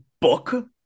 book